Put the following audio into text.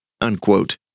Unquote